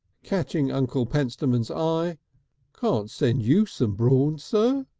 catching uncle pentstemon's eye can't send you some brawn, sir?